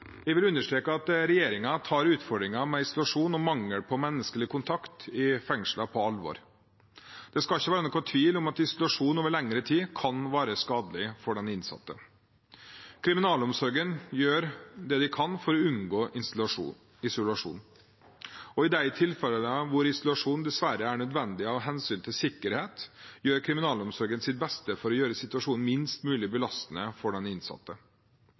Jeg vil understreke at regjeringen tar utfordringen med isolasjon og mangel på menneskelig kontakt i fengslene på alvor. Det skal ikke være noen tvil om at isolasjon over lengre tid kan være skadelig for den innsatte. Kriminalomsorgen gjør det de kan for å unngå isolasjon. I de tilfellene hvor isolasjon dessverre er nødvendig av hensyn til sikkerhet, gjør kriminalomsorgen sitt beste for å gjøre situasjonen minst mulig belastende for den innsatte.